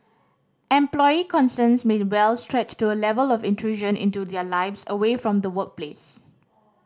employee concerns may well stretch to a level of intrusion into their lives away from the workplace